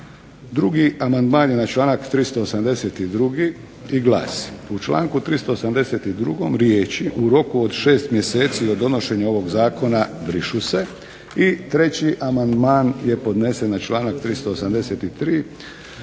Drugi amandman je na članak 382. i glasi: "U članku 382. riječi: "u roku od 6 mjeseci od donošenja ovog zakona" brišu se. I treći amandman je podnesen na članak 383.